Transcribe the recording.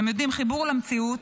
אתם יודעים, חיבור למציאות,